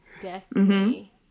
destiny